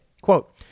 Quote